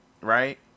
right